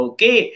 Okay